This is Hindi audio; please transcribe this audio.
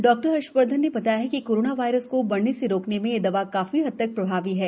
डॉक्टर हर्षवर्धन ने बताया कि कोरोना वायरस को बढने से रोकने में यह दवा काफी हद तक प्रभावी है